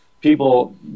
people